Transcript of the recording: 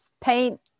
paint